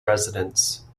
residents